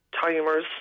timers